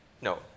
no